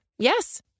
Yes